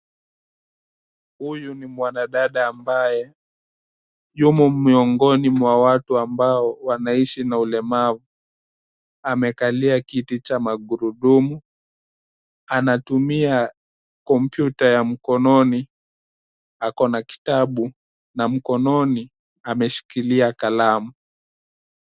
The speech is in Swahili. Huyu ni mwanadada ambaye, yumo miongoni mwa watu ambao wanaishi na ulemavu. Amekalia kitu cha magurudumu. Anatumia kompyuta ya mkononi. Ako na kitabu na mkononi ameshikilia kalamu.